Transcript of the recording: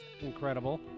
incredible